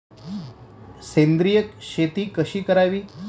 सेंद्रिय शेती कशी करावी?